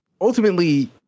Ultimately